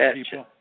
people